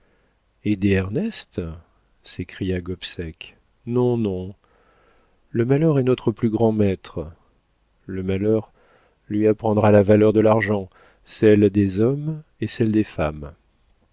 ernest s'écria gobseck non non le malheur est notre plus grand maître le malheur lui apprendra la valeur de l'argent celle des hommes et celle des femmes